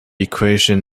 equation